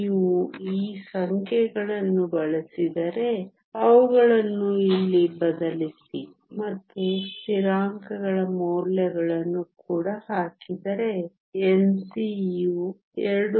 ನೀವು ಈ ಸಂಖ್ಯೆಗಳನ್ನು ಬಳಸಿದರೆ ಅವುಗಳನ್ನು ಇಲ್ಲಿ ಬದಲಿಸಿ ಮತ್ತು ಸ್ಥಿರಾಂಕಗಳ ಮೌಲ್ಯಗಳನ್ನು ಕೂಡ ಹಾಕಿದರೆ Nc ವು 2